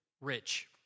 rich